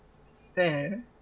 fair